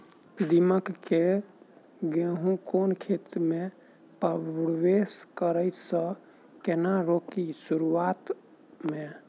दीमक केँ गेंहूँ केँ खेती मे परवेश करै सँ केना रोकि शुरुआत में?